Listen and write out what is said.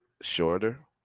shorter